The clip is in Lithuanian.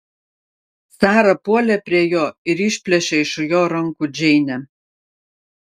sara puolė prie jo ir išplėšė iš jo rankų džeinę